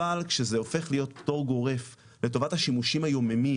אבל כשזה הופך להיות פטור גורף לטובת השימושים היומיומיים,